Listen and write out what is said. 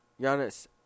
Giannis